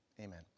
Amen